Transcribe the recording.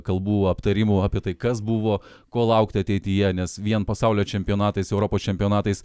kalbų aptarimų apie tai kas buvo ko laukti ateityje nes vien pasaulio čempionatais europos čempionatais